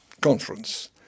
conference